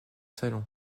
salon